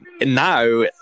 now